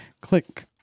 click